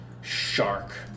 Shark